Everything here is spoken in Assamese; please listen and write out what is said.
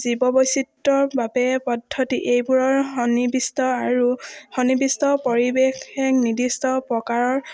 জীৱ বৈচিত্ৰৰ বাবে পদ্ধতি এইবোৰৰ সন্নিৱিষ্ট বিষ্ট আৰু সন্নিৱিষ্ট পৰিৱেশ নিৰ্দিষ্ট প্ৰকাৰৰ